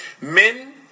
Men